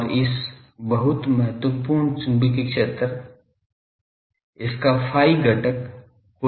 और इस बहुत महत्वपूर्ण चुंबकीय क्षेत्र उसका फ़ाई घटक को लिखते है